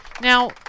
now